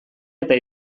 eta